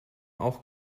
auch